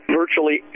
virtually